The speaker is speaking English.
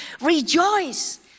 rejoice